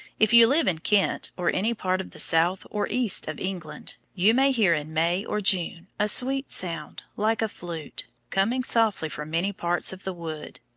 if you live in kent, or any part of the south or east of england, you may hear in may or june a sweet sound, like a flute, coming softly from many parts of the wood.